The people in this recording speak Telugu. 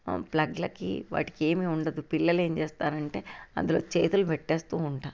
ప్లగ్లకి వాటికి ఏమీ ఉండదు పిల్లలు ఏమి చేస్తారంటే అందులో చేతులు పెట్టేస్తూ ఉంటారు